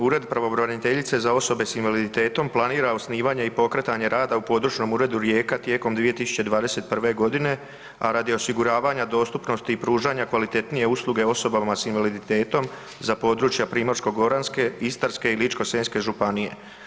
Ured pravobraniteljice za osobe s invaliditetom planira osnivanje i pokretanje rada u Područnom uredu Rijeka tijekom 2021. g., a radi osiguravanja dostupnosti i pružanja kvalitetnije usluge osobama s invaliditetom za područja Primorsko-goranske, Istarske i Ličko-senjske županije.